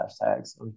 hashtags